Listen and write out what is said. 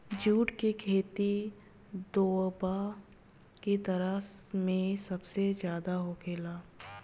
जुट के खेती दोवाब के तरफ में सबसे ज्यादे होखेला